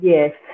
Yes